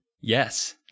Yes